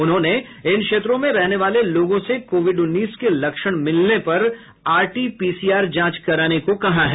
उन्होंने इन क्षेत्रों में रहने वाले लोगों से कोविड उन्नीस के लक्षण मिलने पर आरटीपीसीआर जांच कराने को कहा है